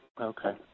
Okay